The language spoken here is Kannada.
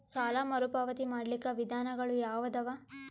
ಸಾಲ ಮರುಪಾವತಿ ಮಾಡ್ಲಿಕ್ಕ ವಿಧಾನಗಳು ಯಾವದವಾ?